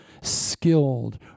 skilled